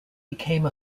became